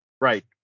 right